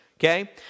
Okay